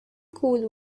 cool